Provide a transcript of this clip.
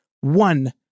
one